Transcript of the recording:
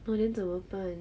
oh then 怎么办